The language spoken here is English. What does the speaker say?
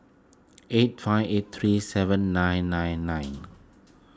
eight five eight three seven nine nine nine